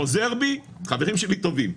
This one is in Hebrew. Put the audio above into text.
חוזר בי חברים שלי טובים,